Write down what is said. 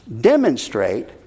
demonstrate